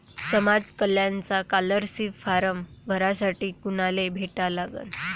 समाज कल्याणचा scholarship form भरासाठी कुनाले भेटा लागन?